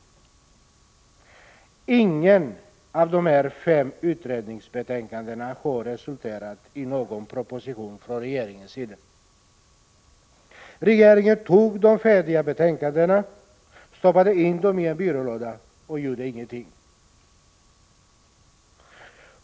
Inget av dessa fem utredningsbetänkanden har resulterat i någon proposition från regeringens sida. Regeringen tog de färdiga betänkandena, stoppade in dem i en byrålåda och gjorde ingenting.